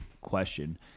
question